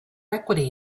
equity